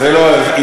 זה לא אי-אמון?